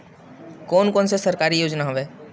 कोन कोन से सरकारी योजना हवय?